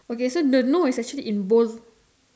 okay so the no is actually in bold